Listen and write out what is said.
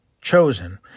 chosen